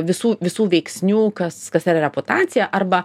visų visų veiksnių kas kas yra reputacija arba